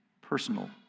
personal